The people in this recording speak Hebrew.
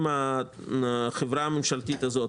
אם החברה הממשלתית הזו,